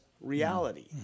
reality